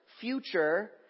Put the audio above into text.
future